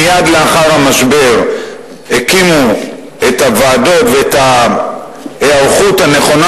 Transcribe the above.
מייד לאחר המשבר הקימו את הוועדות ואת ההיערכות הנכונה